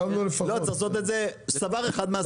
לא, צריך לעשות את זה סבר אחד מהשרים.